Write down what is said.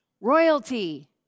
Royalty